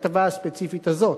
בכתבה הספציפית הזאת,